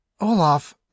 Olaf